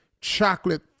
chocolate